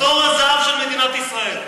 תור הזהב של מדינת ישראל,